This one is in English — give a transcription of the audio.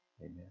Amen